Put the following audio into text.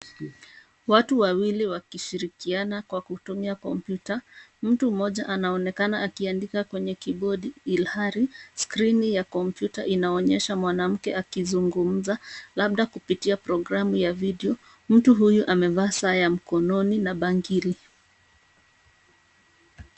Watu wawili wakishirikiana kwa kutumia kompyuta, mtu mmoja anaonekana akiandika kwenye keyboard ilhali, skrini ya kompyuta inaonyesha mwanamke akizungumza, labda kupitia programu ya video , mtu huyu amevaa saa ya mkononi na bangili.